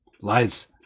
lies